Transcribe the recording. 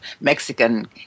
Mexican